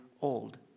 old